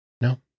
no